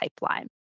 pipeline